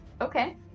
Okay